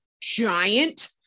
giant